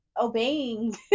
obeying